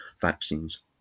vaccines